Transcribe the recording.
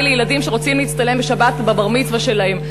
לילדים שרוצים להצטלם בשבת בבר-מצווה שלהם.